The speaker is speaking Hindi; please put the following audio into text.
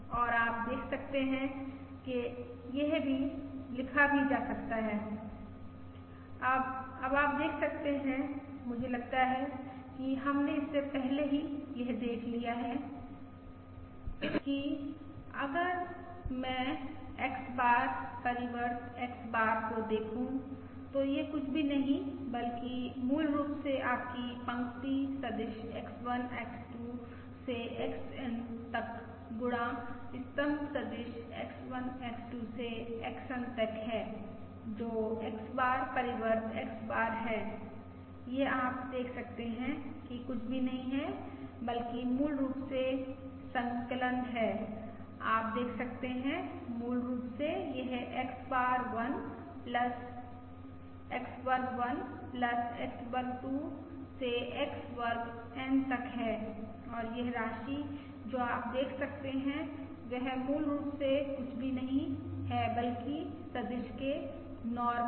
और आप देख सकते हैं कि यह भी लिखा जा सकता है अब अब आप देख सकते हैं मुझे लगता है कि हमने इससे पहले ही यह देख लिया है कि अगर मैं X बार परिवर्त X बार को देखूं तो यह कुछ भी नहीं बल्कि मूल रूप से आपकी पंक्ति सदिश X1 X2 से XN तक गुणा स्तंभ सदिश X1 X2 से XN तक है जो X बार परिवर्त X बार है यह आप देख सकते हैं कि कुछ भी नहीं है बल्कि मूल रूप से संकलन है आप देख सकते हैं मूल रूप से यह X वर्ग1 X वर्ग2 से X वर्ग N तक हैऔर यह राशि जो आप देख सकते हैं वह मूल रूप से कुछ भी नहीं है बल्कि सदिश के नॉर्म है